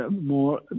more